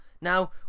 Now